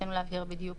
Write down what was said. ורצינו להבהיר בדיוק